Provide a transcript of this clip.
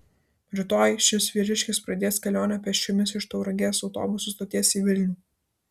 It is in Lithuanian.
rytoj šis vyriškis pradės kelionę pėsčiomis iš tauragės autobusų stoties į vilnių